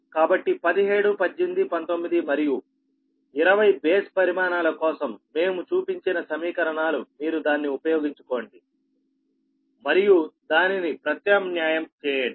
కాబట్టి 1718 19 మరియు 20 బేస్ పరిమాణాల కోసం మేము చూపించిన సమీకరణాలను మీరు ఉపయోగించుకోండి మరియు ప్రతిక్షేపించండి